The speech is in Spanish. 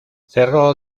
cerró